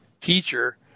teacher